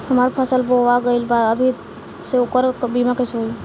हमार फसल बोवा गएल बा तब अभी से ओकर बीमा कइसे होई?